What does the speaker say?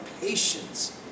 patience